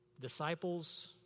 Disciples